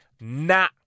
nah